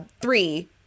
three